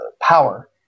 power